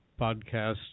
Podcast